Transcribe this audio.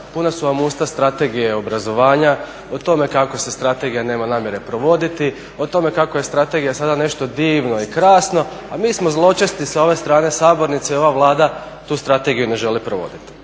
puna su vam usta Strategije obrazovanja, o tome kako se strategija nema namjere provoditi, o tome kako je strategija sada nešto divno i krasno, a mi smo zločesti sa ove strane Sabornice, i ova Vlada tu strategiju ne želi provoditi.